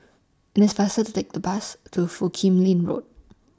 This faster to Take The Bus to Foo Kim Lin Road